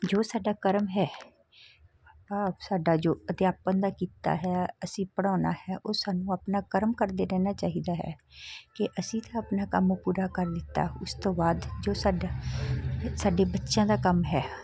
ਜੋ ਸਾਡਾ ਕਰਮ ਹੈ ਆਪ ਸਾਡਾ ਜੋ ਅਧਿਆਪਨ ਦਾ ਕਿੱਤਾ ਹੈ ਅਸੀਂ ਪੜ੍ਹਾਉਣਾ ਹੈ ਉਹ ਸਾਨੂੰ ਆਪਣਾ ਕਰਮ ਕਰਦੇ ਰਹਿਣਾ ਚਾਹੀਦਾ ਹੈ ਕਿ ਅਸੀਂ ਤਾਂ ਆਪਣਾ ਕੰਮ ਪੂਰਾ ਕਰ ਦਿੱਤਾ ਉਸ ਤੋਂ ਬਾਅਦ ਜੋ ਸਾਡਾ ਸਾਡੇ ਬੱਚਿਆਂ ਦਾ ਕੰਮ ਹੈ